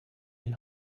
die